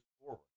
forward